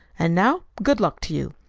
and now good luck to you,